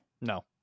No